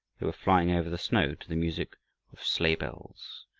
they were flying over the snow to the music of sleigh-bells.